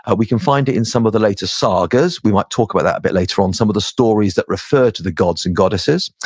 ah we can find it in some of the latest sagas. we might talk about that a bit later on, some of the stories that refer to the gods and goddesses.